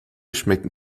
schmecken